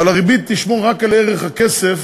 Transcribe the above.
אבל הריבית תשמור רק על ערך הכסף